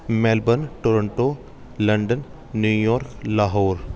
Melbourne Toronto London New York Lahore